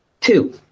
Two